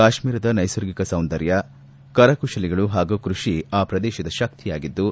ಕಾಶ್ಮೀರದ ನ್ನೆಸರ್ಗಿಕ ಸೌಂದರ್ಯ ಕರಕುಶಲಿಗಳು ಹಾಗೂ ಕೃಷಿ ಆ ಪ್ರದೇಶದ ಶಕ್ತಿಯಾಗಿದ್ದು